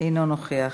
אינו נוכח.